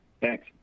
Thanks